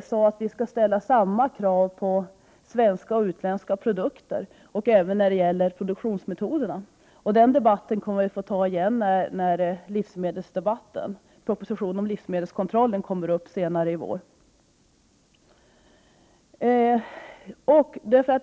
— sade att vi skall ställa samma krav på svenska och utländska produkter, även när det gäller produktionsmetoderna. Den debatten kommer vi att få ta på nytt när propositionen om livsmedelskvalitet kommer upp senare i vår.